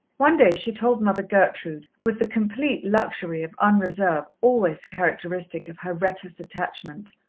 one day she told mother gertrude, with the complete luxury of unreserve always characteristic of her reckless attachments,